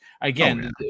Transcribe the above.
Again